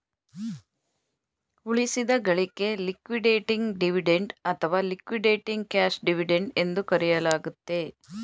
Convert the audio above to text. ಉಳಿಸಿದ ಗಳಿಕೆ liquidating dividend ಅಥವಾ ಲಿಕ್ವಿಡೇಟಿಂಗ್ ಕ್ಯಾಶ್ ಡಿವಿಡೆಂಡ್ ಎಂದು ಕರೆಯಲಾಗುತ್ತೆ